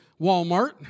Walmart